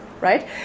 right